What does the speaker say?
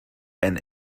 and